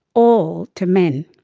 all to men.